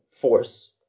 force